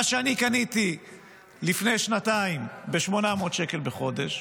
מה שאני קניתי לפני שנתיים ב-800 שקל בקנייה,